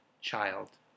child